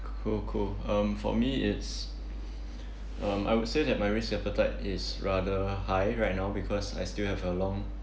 go go um for me it's um I would say that my risk appetite is rather high right now because I still have a long